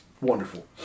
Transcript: wonderful